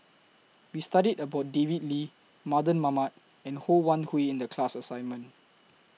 We studied about David Lee Mardan Mamat and Ho Wan Hui in The class assignment